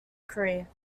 career